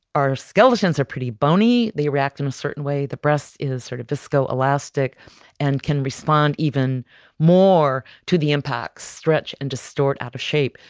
our skeletons are pretty boney. they react in a certain way. the breast is sort of visco-elastic and can respond even more to the impacts, stretch and distort out of shape.